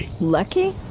Lucky